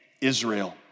Israel